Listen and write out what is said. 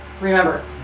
remember